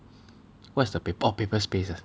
what's the pa~ oh paper spaces